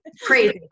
Crazy